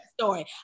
story